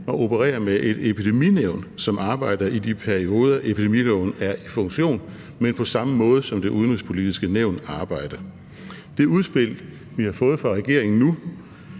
og operere med et epideminævn, som arbejder i de perioder, epidemiloven er i funktion, men på samme måde, som Det Udenrigspolitiske Nævn arbejder på. Det udspil, vi har fået fra regeringen nu